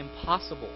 impossible